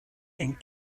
and